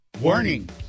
warning